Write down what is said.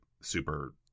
super